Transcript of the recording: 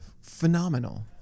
Phenomenal